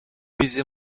bizi